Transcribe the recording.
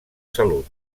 salut